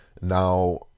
now